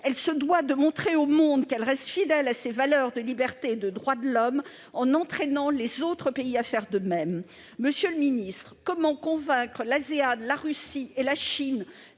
Elle se doit de montrer au monde qu'elle reste fidèle à ses valeurs de liberté et de droits de l'homme, en entraînant les autres pays à faire de même. Monsieur le ministre, comment convaincre l'Asean, l'Association